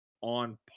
on